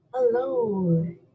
Hello